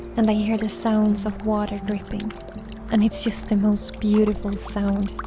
and i hear the sounds of water dripping and it's just the most beautiful sound